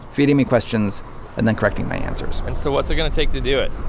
feeding me questions and then correcting my answers and so what's it going to take to do it?